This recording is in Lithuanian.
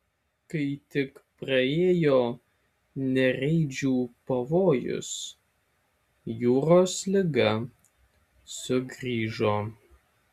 kai tik praėjo nereidžių pavojus jūros liga sugrįžo